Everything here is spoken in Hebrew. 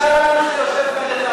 בושה לנו שיושב כאן,